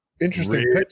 Interesting